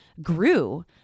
grew